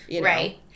Right